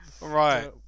right